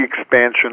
expansion